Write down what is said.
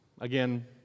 Again